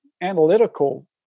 analytical